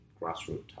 grassroots